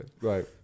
Right